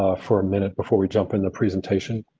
ah for a minute before we jump in the presentation.